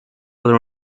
other